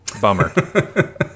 Bummer